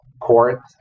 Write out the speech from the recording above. court